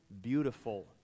beautiful